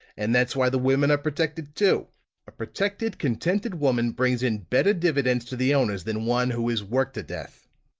and that's why the women are protected, too a protected, contented woman brings in better dividends to the owners than one who is worked to death.